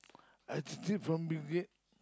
I_T tip from Bill-Gates